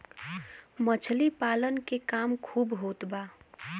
मछली पालन के काम खूब होत बा